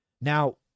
Now